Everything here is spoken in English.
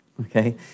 okay